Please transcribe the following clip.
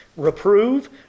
Reprove